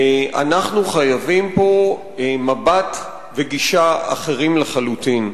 אנחנו חייבים מבט וגישה אחרים לחלוטין.